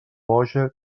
boja